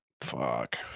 Fuck